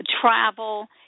travel